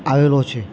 આવેલો છે